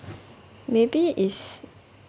maybe is